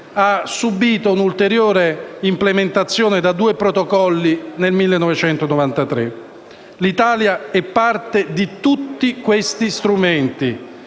ha subito un ulteriore implementazione da due protocolli nel 1993. L'Italia è parte di tutti questi strumenti